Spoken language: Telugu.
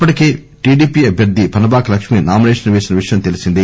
ఇప్పటికే టీడీపీ అభ్యర్థి పనబాక లక్ష్మి నామిసేషన్ పేసిన విషయం తెలిసిందే